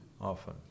Often